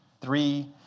Three